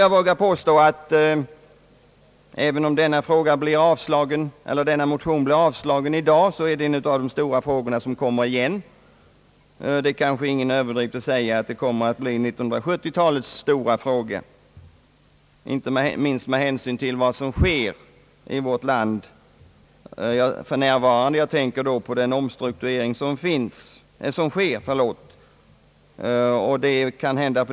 Jag vågar påstå att även om motionerna avslås här i dag så är detta en av de stora frågor som kommer igen. Det är nog ingen överdrift att säga att den kommer att bli 1970-talets stora fråga, inte minst med hänsyn till den omstrukturering av näringslivet som sker i vårt land.